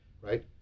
right